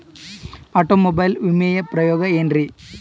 Automobile ವಿಮೆಯ ಉಪಯೋಗ ಏನ್ರೀ?